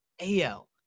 AL